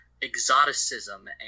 exoticism